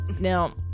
Now